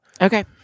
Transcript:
Okay